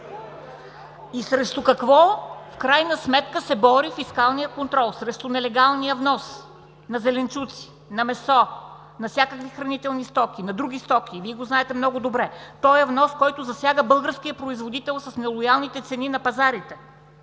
Срещу какво в крайна сметка се бори фискалният контрол? – Срещу нелегалния внос на зеленчуци, на месо, на всякакви хранителни стоки, на други стоки и Вие го знаете много добре – вносът, който засяга българския производител с нелоялните цени на пазарите.